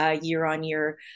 year-on-year